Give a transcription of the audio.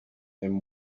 then